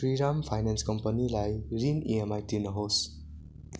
Shriram finance कम्पनीलाई ऋण EMI तिर्नुहोस्